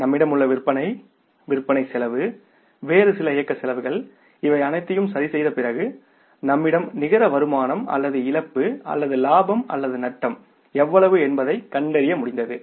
நம்மிடம் உள்ள விற்பனை விற்பனைச் செலவு வேறு சில இயக்கச் செலவுகள் இவை அனைத்தையும் சரிசெய்த பிறகு நம்மிடம் நிகர வருமானம் அல்லது இழப்பு அல்லது லாபம் அல்லது நட்டம் எவ்வளவு என்பதைக் கண்டறிய முடிந்தது